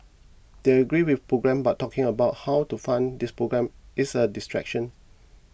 they agree with programmes but talking about how to fund these programmes is a distraction